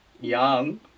young